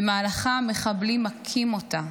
ובמהלכה המחבלים מכים אותה,